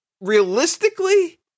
realistically